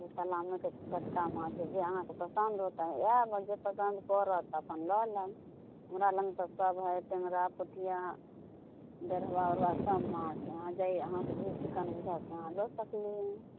तलाबमे के टटका माछ है जे अहाँके पसन्द होत तऽ अहाँ आयब आओर जे पसन्द पड़त अपन लऽ लेब हमरा लग तऽ सब है टेङ्गरा पोठिया डेढ़वा ओढ़वा सब माछ है अहाँके जे अहाँके जे चिक्कन बूझाय से अहाँ लऽ सकली हँ